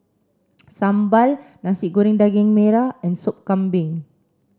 Sambal Nasi Goreng Daging Merah and Sup Kambing